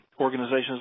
organizations